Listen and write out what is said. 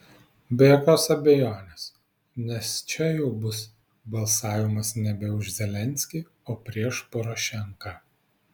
be jokios abejonės nes čia jau bus balsavimas nebe už zelenskį o prieš porošenką